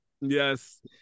yes